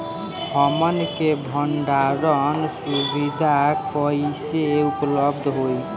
हमन के भंडारण सुविधा कइसे उपलब्ध होई?